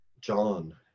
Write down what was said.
John